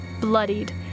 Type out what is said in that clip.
bloodied